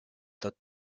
tot